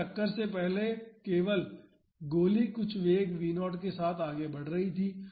तो टक्कर से पहले केवल गोली कुछ वेग v0 के साथ आगे बढ़ रही थी